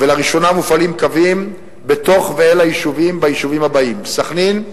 ולראשונה מופעלים קווים בתוך ואל היישובים הבאים: סח'נין,